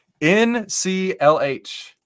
NCLH